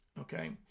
Okay